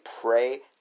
pray